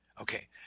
Okay